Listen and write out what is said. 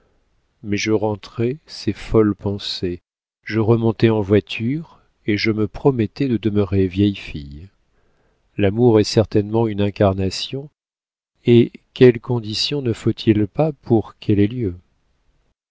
mais je rentrais ces folles pensées je remontais en voiture et je me promettais de demeurer vieille fille l'amour est certainement une incarnation et quelles conditions ne faut-il pas pour qu'elle ait lieu